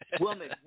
woman